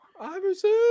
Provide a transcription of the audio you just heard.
Iverson